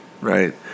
Right